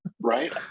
Right